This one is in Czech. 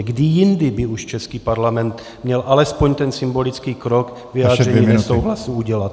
Kdy jindy by už český parlament měl alespoň ten symbolický krok vyjádřením nesouhlasu udělat?